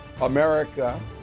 America